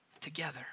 together